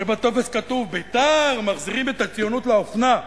ובטופס כתוב: בית"ר, מחזירים את הציונות לאופנה.